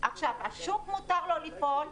לשוק מותר לפעול,